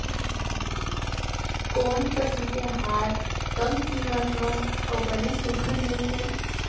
कोन पसु के आहार कम किम्मत म अऊ बने सुघ्घर मिलथे?